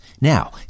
Now